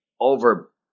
over